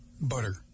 Butter